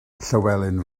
llywelyn